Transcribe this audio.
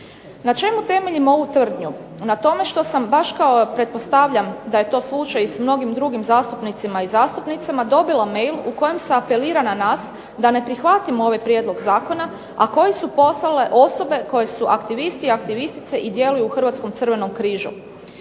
Na čemu temeljim ovu tvrdnju? Na tome što sam baš kao pretpostavljam da je to slučaj i s mnogim drugim zastupnicima i zastupnicama dobila mejl u kojem se apelira na nas da ne prihvatimo ovaj prijedlog zakona, a koji su poslale osobe koje su aktivisti i aktivistice i djeluju u Hrvatskom crvenom križu.